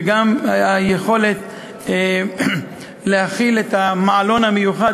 וגם היכולת להכיל את המעלון המיוחד.